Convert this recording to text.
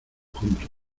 juntos